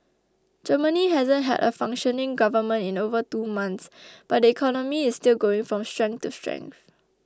Germany hasn't had a functioning government in over two months but the economy is still going from strength to strength